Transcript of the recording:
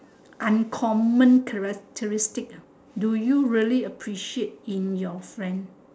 uncommon characteristic ah do you really appreciate in your friend